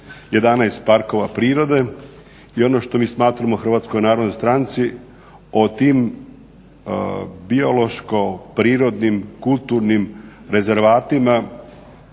11 parkova prirode i ono što mi smatramo u HNS-u o tim biološko-prirodnim-kulturnim rezervatima,